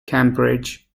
cambridge